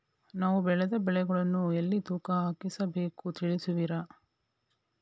ನಾವು ಬೆಳೆದ ಬೆಳೆಗಳನ್ನು ಎಲ್ಲಿ ತೂಕ ಹಾಕಿಸ ಬೇಕು ತಿಳಿಸುವಿರಾ?